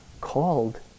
called